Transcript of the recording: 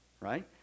right